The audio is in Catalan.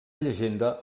llegenda